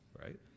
right